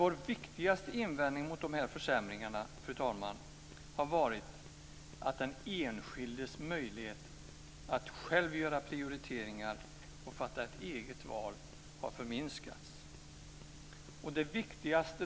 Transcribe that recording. Vår viktigaste invändning mot försämringarna har varit att den enskildes möjlighet att själv göra prioriteringar och fatta ett eget val har förminskats.